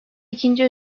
ikinci